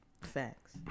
facts